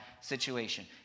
situation